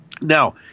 Now